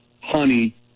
Honey